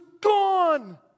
gone